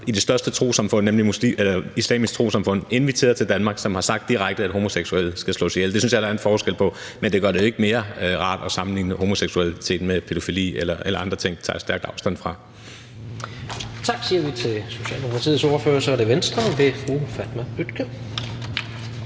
i det største trossamfund, nemlig Islamisk Trossamfund. De var inviteret til Danmark. De har sagt direkte, at homoseksuelle skal slås ihjel. Det synes jeg der er en forskel på. Men det gør det jo ikke mere rart at sammenligne homoseksualitet med pædofili eller andre ting. Det tager jeg stærkt afstand fra. Kl. 16:32 Tredje næstformand (Jens Rohde): Tak siger